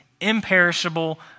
imperishable